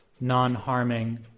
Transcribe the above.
non-harming